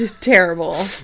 terrible